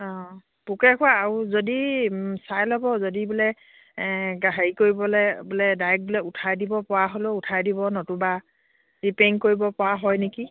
অঁ পোকে খোৱা আৰু যদি চাই ল'ব যদি বোলে হেৰি কৰিবলৈ বোলে ডাইৰেক্ট বোলে উঠাই দিব পৰা হ'লেও উঠাই দিব নতুবা ৰিপেৰিং কৰিব পৰা হয় নেকি